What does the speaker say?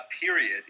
period